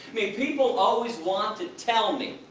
mean, people always want to tell me,